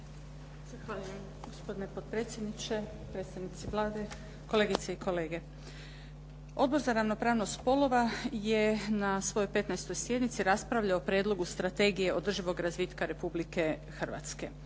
Zahvaljujem, gospodine potpredsjedniče. Predstavnici Vlade, kolegice i kolege. Odbor za ravnopravnost spolova je na svojoj 15. sjednici raspravljao o Prijedlogu strategije održivog razvitka Republike Hrvatske